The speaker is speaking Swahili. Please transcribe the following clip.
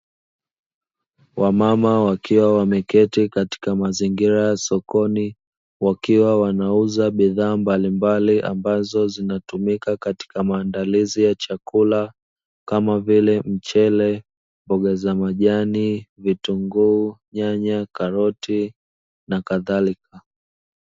Wamama wakiwa wameketi katika mazingira ya sokoni, wakiwa wanauza bidhaa mbalimbali ambazo zinatumika katika maandalizi ya chakula kama vile: mchele, mboga za majani, vitunguu, nyanya, karoti, na kadhalika.